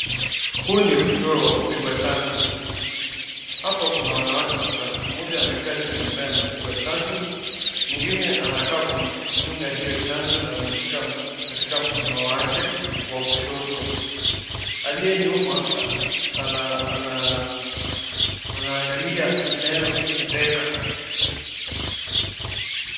Huu ni kituo wa kupigwa chanjo. Hapa kuna wanawake watatu, mmoja amekaa chini ambaye anapigwa chanjo, mwinngine anakaa kumdunga hio chanjo na amemshika katika mkono wake wa kushoto. Aliye nyuma anaangalia inayotendeka.